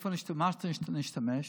במה נשתמש?